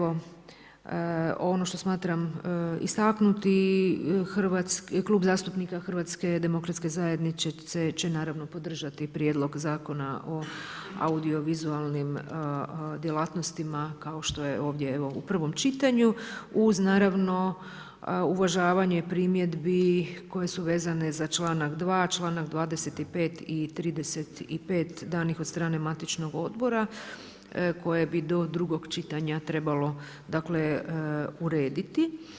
Ono što smatram istaknuti, Klub zastupnika Hrvatske demokratske zajednice će naravno podržati prijedlog Zakona o audiovizualnim djelatnostima kao što je ovdje u prvom čitanju, uz naravno uvažavanje primjedbi koje su vezane za članak 2., članak 25. i 35. danih od strane matičnog odbora koje bi do drugog čitanja trebalo urediti.